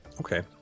Okay